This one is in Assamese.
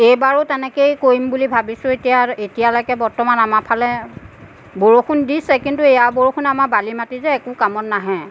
এইবাৰো তেনেকই কৰিম বুলি ভাবিছোঁ এতিয়া এতিয়ালৈকে বৰ্তমান আমাৰ ফালে বৰষুণ দিছে কিন্তু এয়া বৰষুণ আমাৰ বালি মাটি যে একো কামত নাহে